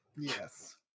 Yes